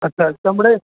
अच्छा चमड़े